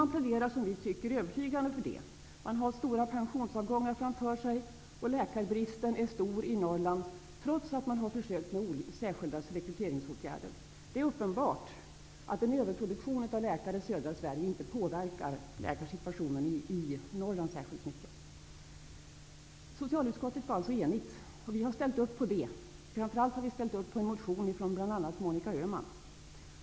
Man pläderar, som vi tycker, övertygande för detta. I Norrland står man inför stora pensionsavgångar. Läkarbristen är stor i Norrland, trots att man försökt med särskilda rekryteringsinsatser. Det är uppenbart att en överproduktion av läkare i södra Sverige inte påverkar läkarsituationen i Norrland särskilt mycket. Socialutskottet är alltså enigt. Vi har ställt oss bakom de krav som ställts, framför allt i en motion från bl.a. Monica Öhman.